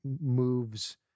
moves